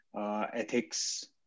ethics